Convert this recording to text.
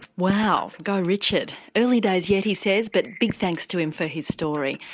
wow, go richard. early days yet he says but big thanks to him for his story.